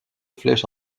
flèche